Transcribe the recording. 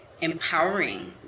empowering